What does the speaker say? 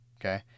Okay